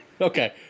Okay